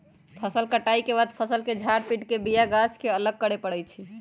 फसल कटाइ के बाद फ़सल के झार पिट के बिया गाछ के अलग करे परै छइ